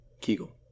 Kegel